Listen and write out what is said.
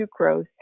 sucrose